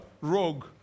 rogue